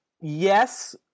yes